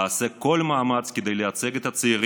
אעשה כל מאמץ כדי לייצג את הצעירים,